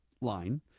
line